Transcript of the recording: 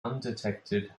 undetected